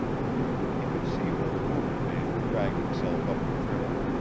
he could see where the wounded man had dragged himself up the trail,